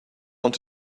want